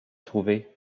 trouvés